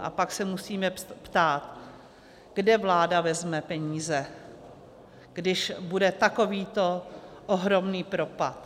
A pak se musíme ptát, kde vláda vezme peníze, když bude takovýto ohromný propad.